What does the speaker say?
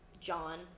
John